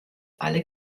alle